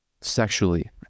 sexually